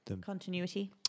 Continuity